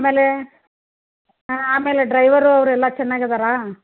ಆಮೇಲೆ ಹಾಂ ಆಮೇಲೆ ಡ್ರೈವರು ಅವರೆಲ್ಲ ಚೆನ್ನಾಗಿದಾರ